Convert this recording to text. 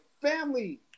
family